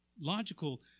logical